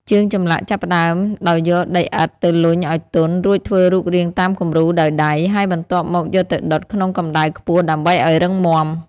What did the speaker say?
ជាងចម្លាក់ចាប់ផ្ដើមដោយយកដីឥដ្ឋទៅលុញឱ្យទន់ រួចធ្វើរូបរាងតាមគំរូដោយដៃ ហើយបន្ទាប់មកយកទៅដុតក្នុងកម្ដៅខ្ពស់ដើម្បីឱ្យរឹងមាំ។